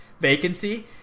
vacancy